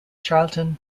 charlton